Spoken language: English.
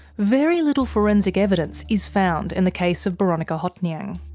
very little forensic evidence is found in the case of boronika hothnyang.